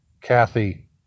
Kathy